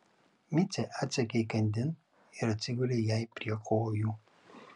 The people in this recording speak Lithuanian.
micė atsekė įkandin ir atsigulė jai prie kojų